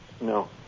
No